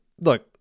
look